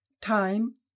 Time